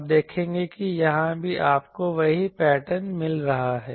आप देखेंगे कि यहाँ भी आपको वही पैटर्न मिल रहा है